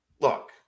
Look